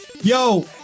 Yo